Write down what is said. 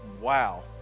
Wow